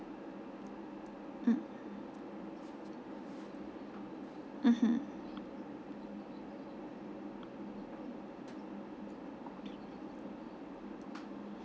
mm mmhmm